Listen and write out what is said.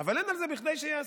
אבל אין על זה "בכדי שייעשה",